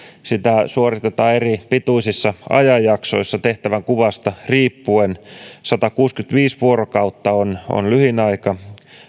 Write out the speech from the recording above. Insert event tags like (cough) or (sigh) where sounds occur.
sitä suoritetaan eripituisissa ajanjaksoissa tehtävänkuvasta riippuen satakuusikymmentäviisi vuorokautta on (unintelligible) on lyhin aika